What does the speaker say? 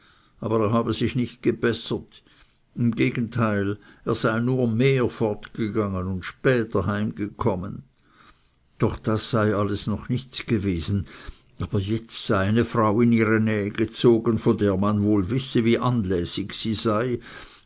aber er habe sich nicht gebessert im gegenteil er sei nur mehr fortgegangen und später heimgekommen doch das sei noch alles nichts gewesen aber jetzt sei eine frau in ihre nähe gezogen von der man wohl wisse wie anlässig sie sei